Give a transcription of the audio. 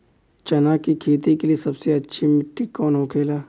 चना की खेती के लिए सबसे अच्छी मिट्टी कौन होखे ला?